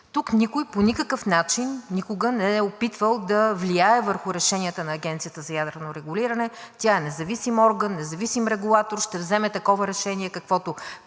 Тук никой по никакъв начин, никога не е опитвал да влияе върху решенията на Агенцията за ядрено регулиране. Тя е независим орган, независим регулатор. Ще вземе такова решение, каквото